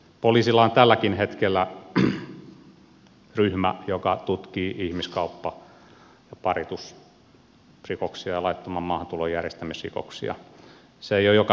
poliisilla on tälläkin hetkellä ryhmä joka tutkii ihmiskauppa ja paritusrikoksia ja laittoman maahantulon järjestämisrikoksia